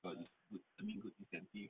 cause it's good I mean good incentive